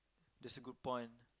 that's a good point